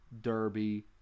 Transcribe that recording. Derby